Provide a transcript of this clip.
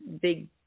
big